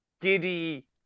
giddy